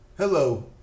Hello